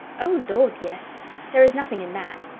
oh, lord! yes there is nothing in that.